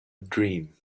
dream